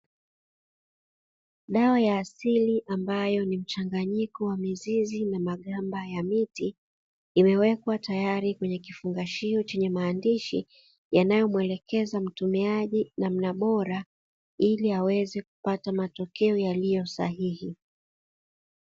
Dawa ya asili ambayo ni mchanganyiko wa mizizi na magamba ya miti, imewekwa tayari kwenye kifungashio chenye maandishi yanayo mwelekeza mtumiaji namna bora ili aweze kupata matokeo yaliyo sahihi.